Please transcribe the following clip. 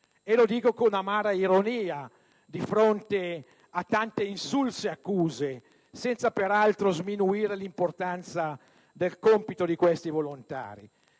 e lo dico con amara ironia, di fronte a tante insulse accuse, senza per altro sminuire l'importanza del compito di questi volontari.